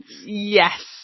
Yes